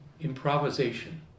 improvisation